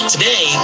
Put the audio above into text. Today